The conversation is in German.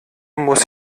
muss